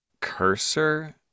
cursor